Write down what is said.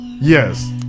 yes